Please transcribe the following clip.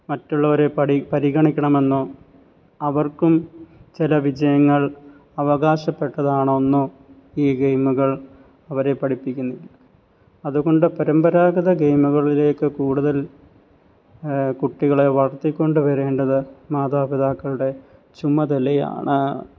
മറ്റുള്ളവരെ പഠി പരിഗണിക്കണമെന്നോ അവർക്കും ചില വിജയങ്ങൾ അവകാശപ്പെട്ടതാണെന്നോ ഈ ഗെയിമുകൾ അവരെ പഠിപ്പിക്കുന്നില്ല അതുകൊണ്ട് പരമ്പരാഗത ഗെയിമുകളിലേക്ക് കൂടുതൽ കുട്ടികളെ വളർത്തിക്കൊണ്ടുവരേണ്ടത് മാതാപിതാക്കളുടെ ചുമതലയാണ്